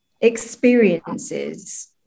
experiences